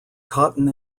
cotton